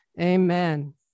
Amen